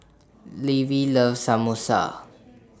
Levie loves Samosa